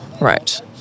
Right